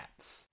apps